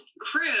crew